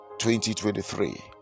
2023